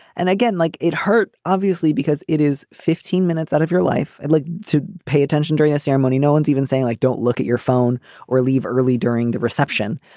and again, like it hurt, obviously, because it is fifteen minutes out of your life. i'd like to pay attention to ceremony. no one's even saying like, don't look at your phone or leave early during the reception.